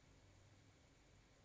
uh uh